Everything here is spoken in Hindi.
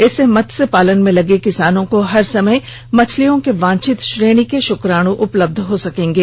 इससे मत्स्य पालन में लगे किसानों को हर समय मछलियों के वांछित श्रेणी के शक्राण उपलब्ध हो सकेगें